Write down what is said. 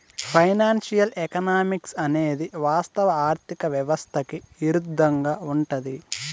financial economics అనేది వాస్తవ ఆర్థిక వ్యవస్థకి ఇరుద్దంగా ఉంటది